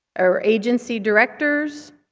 or agency directors?